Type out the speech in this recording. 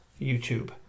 YouTube